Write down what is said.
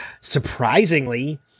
surprisingly